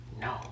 No